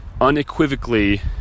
unequivocally